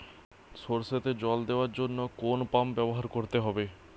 সরষেতে জল দেওয়ার জন্য কোন পাম্প ব্যবহার করতে হবে?